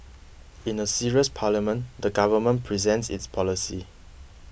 in a serious parliament the government presents its policies